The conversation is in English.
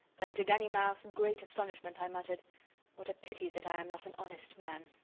then, to ganimard's great astonishment, i muttered what a pity that i am not an honest man!